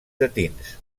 llatins